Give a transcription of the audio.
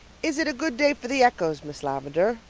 is it a good day for the echoes, miss lavendar?